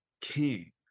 king